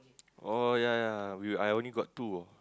oh yea yea we I only got two ah